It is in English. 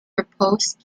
proposed